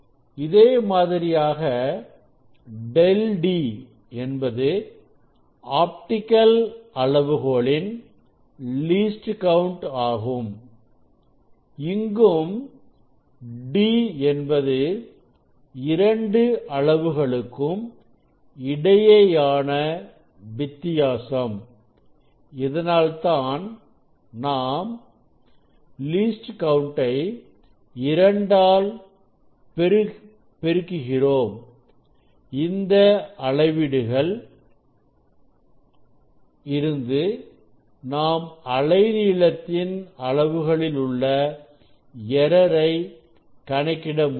இதே மாதிரியாக del D என்பது ஆப்டிகல் அளவுகோலின் least count ஆகும் இங்கும் டி என்பது இரண்டு அளவு களுக்கும் இடையேயான வித்தியாசம் இதனால்தான் நாம் least count இரண்டால் பெறுகிறோம் இந்த அளவீடுகள் இருந்து நாம் அலைநீளத்தில் அளவுகளில் உள்ள error கணக்கிட முடியும்